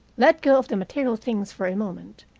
let go of the material things for a moment,